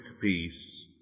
peace